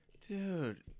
Dude